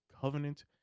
covenant